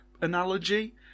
analogy